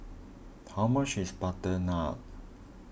how much is Butter Naan